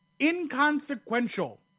inconsequential